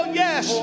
yes